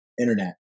internet